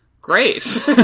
Great